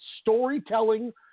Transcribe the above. storytelling